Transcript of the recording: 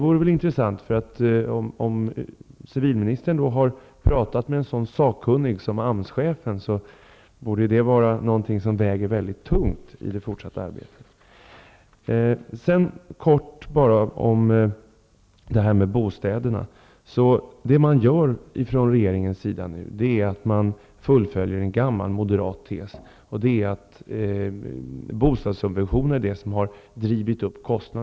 Uttalanden från en sådan sakkunnig som AMS-chefen, som civilministern har talat med, torde väga väldigt tungt i det fortsatta arbetet. Mycket kort något om bostäderna. Det man från regeringen sida gör är att fullfölja en gammal moderat tes: bostadssubventionerna har drivit upp kostnaderna.